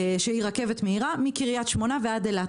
שהיא רכבת מהירה מקריית שמונה ועד אילת.